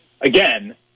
Again